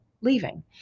leaving